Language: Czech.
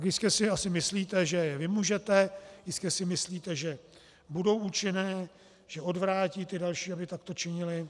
Jistě si asi myslíte, že je vymůžete, jistě si myslíte, že budou účinné, že odvrátí další, aby takto činili.